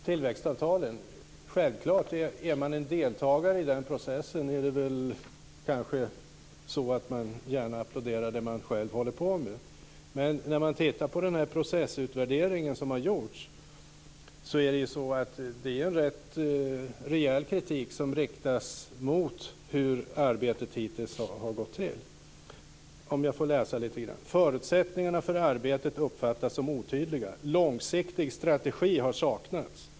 Herr talman! Är man en deltagare i processen med tillväxtavtal är det kanske självklart att man gärna applåderar det man själv håller på med. Men när vi tittar på den processutvärdering som har gjorts ser vi att det är en rätt rejäl kritik som riktas mot arbetet hittills. Jag kan läsa lite grann: Förutsättningarna för arbetet uppfattas som otydliga. Långsiktig strategi har saknats.